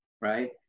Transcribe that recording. right